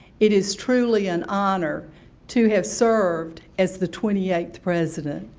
it is truly an honor to have served as the twenty eighth president.